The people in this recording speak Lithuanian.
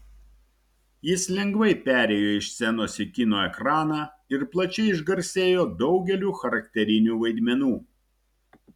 jis lengvai perėjo iš scenos į kino ekraną ir plačiai išgarsėjo daugeliu charakterinių vaidmenų